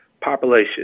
population